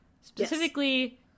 Specifically